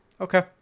Okay